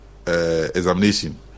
Examination